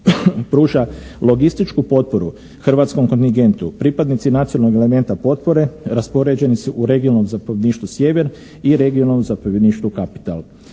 pruža logističku potporu hrvatskom kontingentu, pripadnici nacionalnog elementa potpora raspoređeni su u regionalnom zapovjedništvu sjever i regionalnom zapovjedništvu Capital.